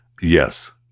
Yes